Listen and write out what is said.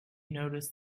notice